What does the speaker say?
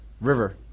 river